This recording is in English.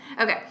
Okay